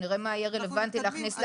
נראה מה יהיה רלוונטי להכניס להגדרות.